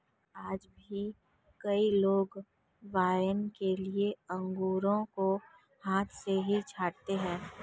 आज भी कई लोग वाइन के लिए अंगूरों को हाथ से ही छाँटते हैं